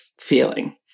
feeling